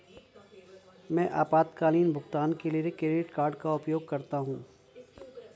मैं आपातकालीन भुगतान के लिए क्रेडिट कार्ड का उपयोग करता हूं